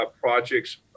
projects